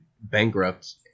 bankrupt